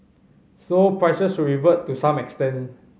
so prices should revert to some extent